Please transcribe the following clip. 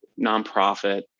nonprofit